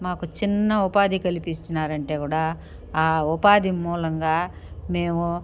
మాకు చిన్న ఉపాధి కలిపిస్చినారంటే కూడా ఉపాధి మూలంగా మేము